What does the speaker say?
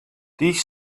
these